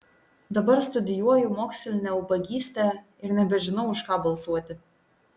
dabar studijuoju mokslinę ubagystę ir nebežinau už ką balsuoti